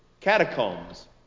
Catacombs